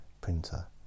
printer